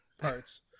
parts